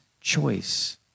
choice